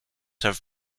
have